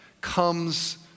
comes